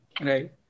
Right